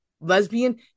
lesbian